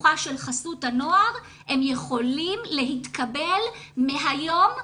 פתוחה של חסות הנוער הם יכולים להתקבל מהיום למחר.